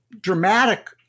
dramatic